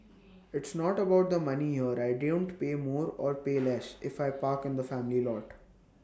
it's not about the money here I don't pay more or pay less if I park in the family lot